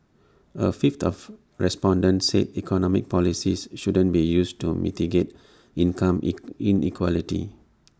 A fifth of respondents said economic policies shouldn't be used to mitigate income inequality